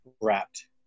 wrapped